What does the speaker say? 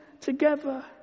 together